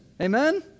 Amen